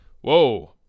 Whoa